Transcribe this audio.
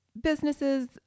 businesses